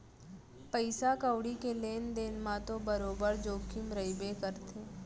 पइसा कउड़ी के लेन देन म तो बरोबर जोखिम रइबे करथे